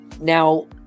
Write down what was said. Now